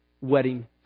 wedding